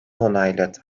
onayladı